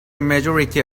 majority